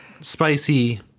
spicy